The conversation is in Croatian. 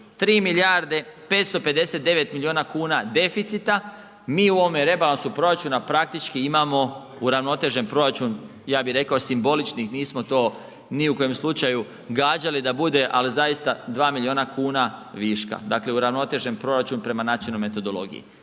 3 milijarde 559 miliona kuna deficita, mi u ovome rebalansu proračuna praktički imamo uravnotežen proračun, ja bih rekao simboličnih nismo to ni u kojem slučaju gađali da bude, ali zaista 2 miliona kuna viška. Dakle, uravnotežen proračun prema načinu metodologije.